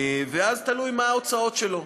ואז תלוי מה ההוצאות שלו.